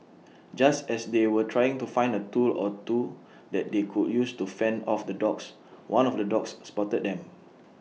just as they were trying to find A tool or two that they could use to fend off the dogs one of the dogs spotted them